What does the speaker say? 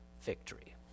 victory